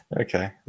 Okay